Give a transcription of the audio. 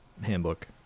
handbook